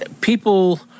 people